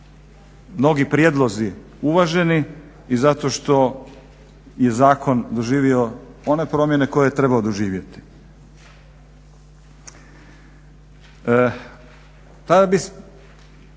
mnogi prijedlozi uvaženi i zato što je zakon doživio one promjene koje je trebao doživjeti.